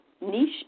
niche